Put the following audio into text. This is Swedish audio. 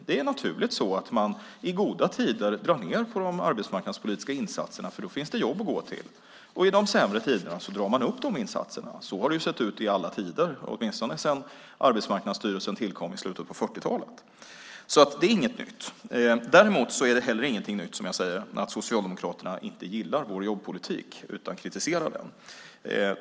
Det är naturligt så att man i goda tider drar ned på de arbetsmarknadspolitiska insatserna, för då finns det jobb att gå till, och i de sämre tiderna drar man upp insatserna. Så har det sett ut i alla tider, åtminstone sedan Arbetsmarknadsstyrelsen tillkom i slutet av 40-talet. Det är alltså inget nytt. Det är heller inget nytt att Socialdemokraterna inte gillar vår jobbpolitik utan kritiserar den.